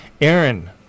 Aaron